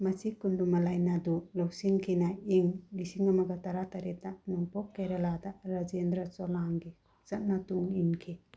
ꯃꯁꯤ ꯀꯨꯟꯗꯨꯃꯂꯥꯏ ꯅꯥꯗꯨ ꯂꯧꯁꯤꯟꯈꯤꯅ ꯏꯪ ꯂꯤꯁꯤꯡ ꯑꯃꯒ ꯇꯔꯥꯇꯔꯦꯠꯇ ꯅꯣꯛꯄꯣꯛ ꯀꯦꯔꯦꯂꯥꯗ ꯔꯥꯖꯦꯟꯗ꯭ꯔ ꯆꯣꯂꯥꯡꯒꯤ ꯈꯣꯡꯆꯠꯅ ꯇꯨꯡ ꯏꯟꯈꯤ